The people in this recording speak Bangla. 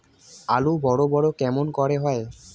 আলু বড় বড় কেমন করে হয়?